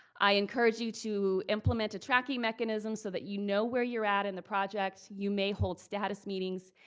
i encourage you to implement a tracking mechanism so that you know where you're at in the project. you may hold status meetings,